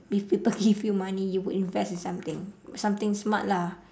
if people give you money you would invest in something something smart lah